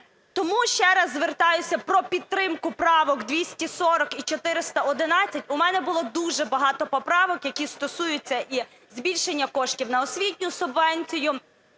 Тому ще раз звертаюся про підтримку правок 240 і 411, у мене було дуже багато поправок, які стосуються і збільшення коштів на освітню субвенцію,